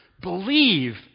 believe